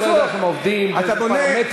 אני לא יודע איך הם עובדים, באיזה פרמטרים.